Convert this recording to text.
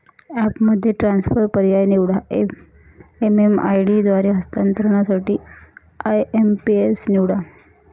ॲपमध्ये ट्रान्सफर पर्याय निवडा, एम.एम.आय.डी द्वारे हस्तांतरणासाठी आय.एम.पी.एस निवडा